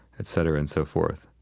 et cetera and so forth.